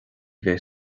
bheidh